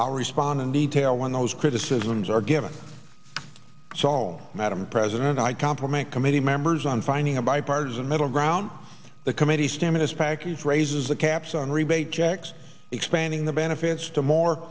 all respond in detail when those criticisms are given it's all madam president i compliment committee members on finding a bipartisan middle ground the committee stimulus package raises the caps on rebate checks expanding the benefits to more